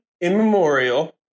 immemorial